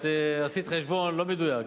את עשית חשבון לא מדויק,